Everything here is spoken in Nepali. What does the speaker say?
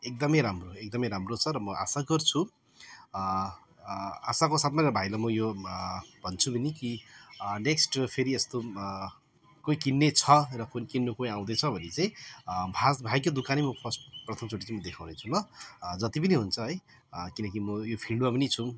एकदमै राम्रो एकदमै राम्रो छ र म आशा गर्छु आशाको साथमा मेरो भाइलाई यो भन्छु पनि कि नेक्स्ट फेरि यस्तो कोही किन्ने छ र किन्न कोही आउँदैछ भने चाहिँ खास भाइको दोकानै म प्रथमचोटि चाहिँ देखाउनेछु ल जति पनि हुन्छ है किनकि म यो फिल्डमा पनि छु